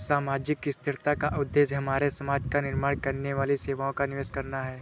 सामाजिक स्थिरता का उद्देश्य हमारे समाज का निर्माण करने वाली सेवाओं का निवेश करना है